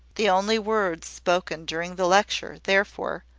the only words spoken during the lecture, therefore,